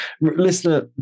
Listener